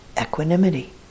equanimity